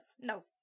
no